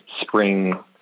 spring